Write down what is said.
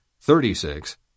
thirty-six